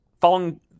Following